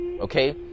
Okay